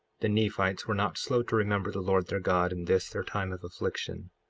the nephites were not slow to remember the lord their god in this their time of affliction.